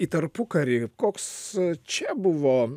į tarpukarį koks čia buvo